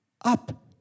up